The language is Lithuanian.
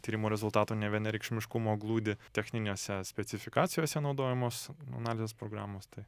tyrimų rezultatų nevienareikšmiškumo glūdi techninėse specifikacijose naudojamos analizės programos tai